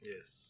Yes